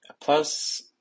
Plus